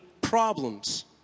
problems